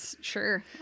Sure